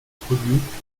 produite